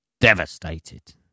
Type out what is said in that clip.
devastated